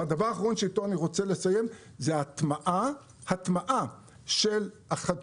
הדבר האחרון שאיתו אני רוצה לסיים הוא הטעמה של החדשנות,